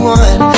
one